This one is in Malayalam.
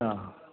ആ